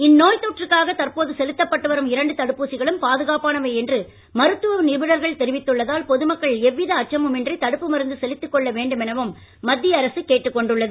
இந்நோய் தொற்றுக்காக தற்போது செலுத்தப்பட்டு வரும் இரண்டு தடுப்பூசிகளும் பாதுகாப்பானவை என்று மருத்துவ நிபுணர்கள் தெரிவித்துள்ளதால் பொதுமக்கள் எவ்வித அச்சமும் இன்றி தடுப்பு மருந்து செலுத்திக்கொள்ள வேண்டும் எனவும் மத்திய அரசு கேட்டுக்கொண்டுள்ளது